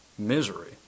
misery